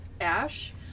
Ash